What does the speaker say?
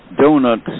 donuts